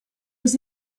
was